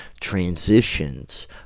transitions